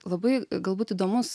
labai galbūt įdomus